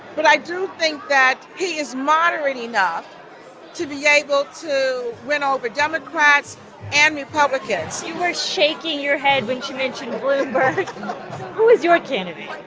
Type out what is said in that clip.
but i do think that he is moderate enough to be able to win over democrats and republicans you were shaking your head when she mentioned bloomberg who is your candidate?